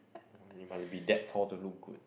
you must be that tall to look good